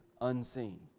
unseen